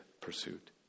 pursuit